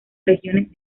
regiones